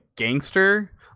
gangster